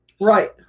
Right